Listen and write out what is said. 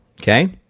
okay